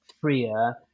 freer